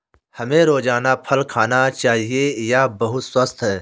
हमें रोजाना फल खाना चाहिए, यह बहुत स्वस्थ है